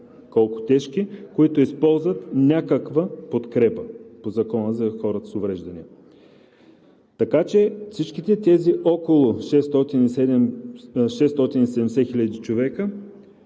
колко тежки, които използват някаква подкрепа по Закона за хората с увреждания. Така че всички тези около 670 000 човека